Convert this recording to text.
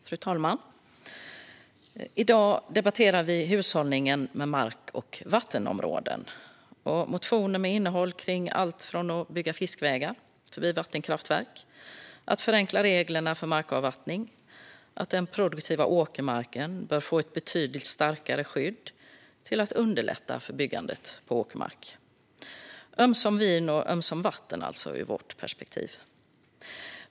Fru talman! I dag debatterar vi hushållningen med mark och vattenområden och motioner med innehåll kring allt från att bygga fiskvägar förbi vattenkraftverk, att förenkla reglerna för markavvattning och att den produktiva åkermarken bör få ett betydligt starkare skydd till att underlätta för byggande på åkermark. Det är alltså ömsom vin och ömsom vatten ur vårt perspektiv.